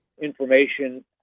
information